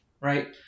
right